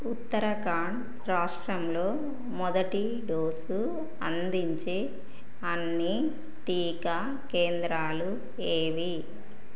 ఉత్తరాఖండ్ రాష్ట్రంలో మొదటి డోసు అందించే అన్ని టీకా కేంద్రాలు ఏవి